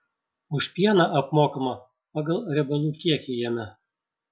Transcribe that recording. už pieną apmokama pagal riebalų kiekį jame